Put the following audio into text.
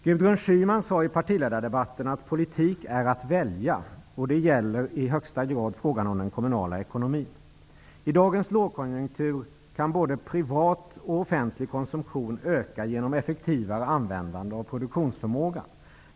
Gudrun Schyman sade i partiledardebatten att politik är att välja, och det gäller i högsta grad frågan om den kommunala ekonomin. I dagens lågkonjunktur kan både privat och offentlig konsumtion öka genom effektivare användande av produktionsförmågan.